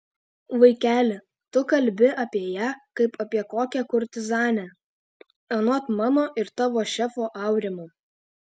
vaikeli tu kalbi apie ją kaip apie kokią kurtizanę anot mano ir tavo šefo aurimo